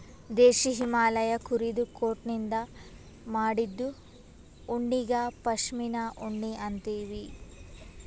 ದೇಶೀ ಹಿಮಾಲಯ್ ಕುರಿದು ಕೋಟನಿಂದ್ ಮಾಡಿದ್ದು ಉಣ್ಣಿಗಾ ಪಶ್ಮಿನಾ ಉಣ್ಣಿ ಅಂತೀವಿ